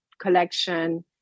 collection